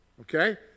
okay